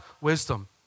wisdom